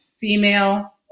female